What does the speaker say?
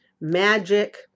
magic